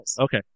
Okay